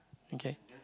okay